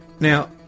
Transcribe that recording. Now